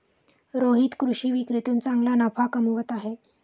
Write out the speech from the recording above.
रोहित कृषी विक्रीतून चांगला नफा कमवत आहे